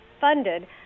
funded